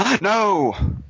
No